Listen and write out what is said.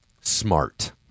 smart